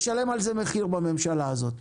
ישלם על זה מחיר בממשלה הזאת.